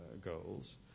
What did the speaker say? Goals